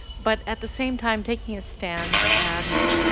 but at the same time taking a stand and